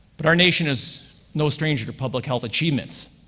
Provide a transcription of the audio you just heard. but our nation is no stranger to public health achievements.